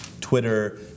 Twitter